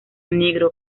negro